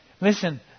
Listen